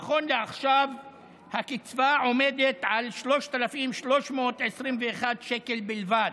נכון לעכשיו הקצבה עומדת על 3,321 שקל בלבד,